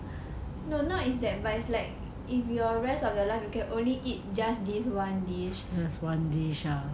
no not in that but is like if your rest of your life you can only eat just this one dish